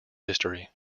history